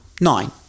nine